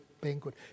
banquet